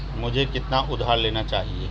मुझे कितना उधार लेना चाहिए?